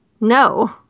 no